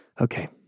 okay